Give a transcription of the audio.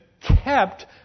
kept